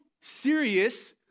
serious